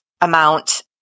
amount